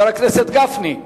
חבר הכנסת גפני,